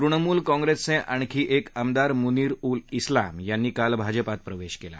तृणमूल कंग्रेसचे आणखी एक आमदार मुनीर उल उला उलाम यांनी काल भाजपात प्रवेश केला